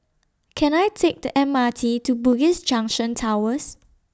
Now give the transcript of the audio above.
Can I Take The M R T to Bugis Junction Towers